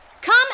Come